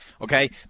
okay